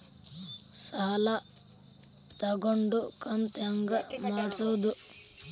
ಸಾಲ ತಗೊಂಡು ಕಂತ ಹೆಂಗ್ ಮಾಡ್ಸೋದು?